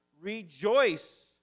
Rejoice